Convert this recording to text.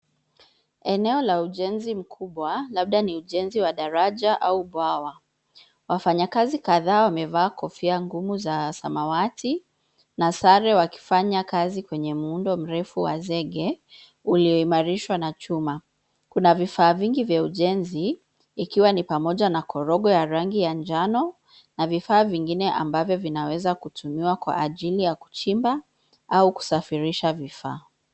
Eneo la ujenzi mkubwa labda ni ujenzi wa daraja au bwawa. Wafanyakazi kadhaa wamevaa kofia ngumu za samawati na sare wakifanya kazi kwenye muundo mrefu wa zege ulioimarishwa na chuma. Kuna vifaa vingi vya ujenzi ikiwa ni pamoja na korogo ya rangi ya njano na vifaa vingine ambavyo vinaweza kutumiwa kwa ajili ya kuchimba au kusafirisha vifaa.